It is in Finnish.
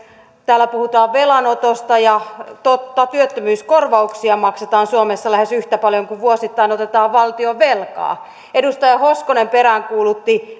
täällä puhutaan velanotosta ja totta työttömyyskorvauksia maksetaan suomessa lähes yhtä paljon kuin vuosittain otetaan valtionvelkaa edustaja hoskonen peräänkuulutti